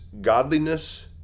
Godliness